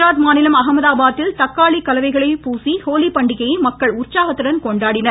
குஜராத் மாநிலம் அகமதாபாத்தில் தக்காளி கலவைகளை பூசி ஹோலி பண்டிகையை மக்கள் உற்சாகத்துடன் கொண்டாடினர்